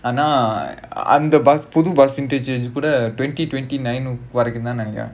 ஆனா அந்த புது:aanaa antha puthu bus interchange கூட:kuda twenty twenty nine வரைக்கும் தான் நினைக்கிறேன்:varaikkum thaan ninnaikkiraen